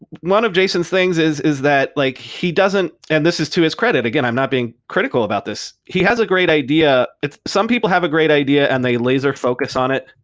one of jason's things is is that like he doesn't and this is to his credit. again, i'm not being critical about this. he has a great idea. some people have a great idea and they laser focus on it.